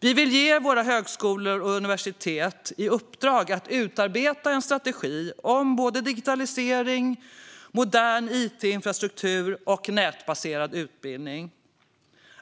Vi vill ge högskolor och universitet i uppdrag att utarbeta en strategi om digitalisering, modern it-infrastruktur och nätbaserad utbildning.